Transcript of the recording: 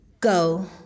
go